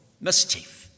mischief